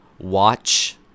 watch